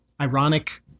ironic